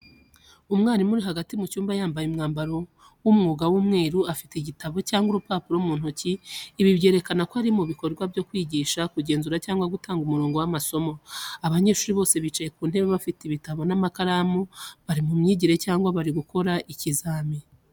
Umwarimu ari hagati mu cyumba yambaye ubwambaro w'umwuga w'umweru, afite igitabo cyangwa urupapuro mu ntoki. Ibi byerekana ko ari mu bikorwa byo kwigisha, kugenzura cyangwa gutanga umurongo w’amasomo. Abanyeshuri bose bicaye ku ntebe bafite ibitabo n'amakaramu, bari mu myigire cyangwa bari gukora ikizamini.